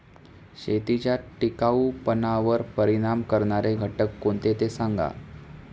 शेतीच्या टिकाऊपणावर परिणाम करणारे घटक कोणते ते सांगा